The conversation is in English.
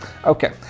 Okay